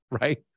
right